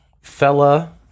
fella